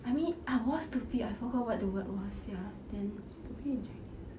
I mean I was stupid I forgot what the word was ya then I'm stupid in chinese